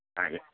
ஆ இருக்குது